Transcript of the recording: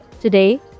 Today